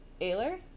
Ailer